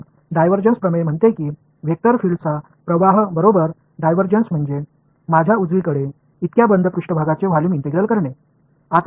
எனவே டைவர்ஜன்ஸ் தேற்றம் ஒரு வெக்டர் புலத்தின் ஃபிளக்ஸ் டைவர்ஜன்ஸ் க்கு சமம் என்று கூறியது இது வால்யூம் இன்டெக்ரலின் மூடிய மேற்பரப்பு